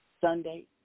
Sunday